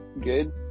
good